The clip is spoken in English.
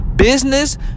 business